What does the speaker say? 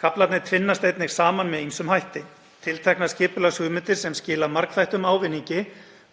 Kaflarnir tvinnast einnig saman með ýmsum hætti. Tilteknar skipulagshugmyndir sem skila margþættum ávinningi